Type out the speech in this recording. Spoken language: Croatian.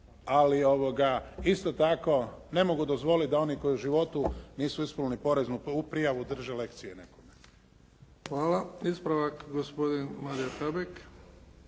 Ali isto tako ne mogu dozvoliti da oni koji u životu nisu ispunili poreznu prijavu drže lekcije nekome. **Bebić, Luka (HDZ)** Hvala. Ispravak gospodin Mario Habek.